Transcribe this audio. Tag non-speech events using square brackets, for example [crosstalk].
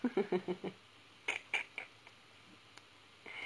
[laughs]